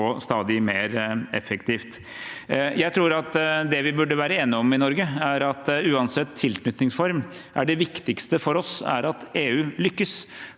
også stadig mer effektivt. Det vi burde være enige om i Norge, er at uansett tilknytningsform er det viktigste for oss at EU lykkes.